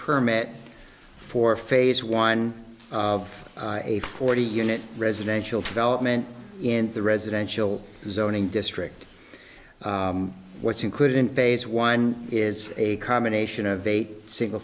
permit for phase one of a forty unit residential development in the residential zoning district what's included in phase one is a combination of eight single